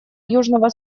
южного